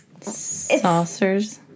Saucers